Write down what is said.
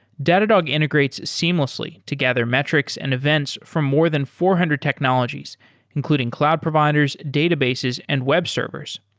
datadog integrates seamlessly to gather metrics and events from more than four hundred technologies including cloud providers, databases and web servers.